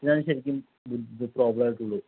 ഇതാണ് ശരിക്കും പ്രോബ്ലം ആയിട്ടുള്ളു